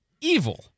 evil